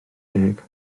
deg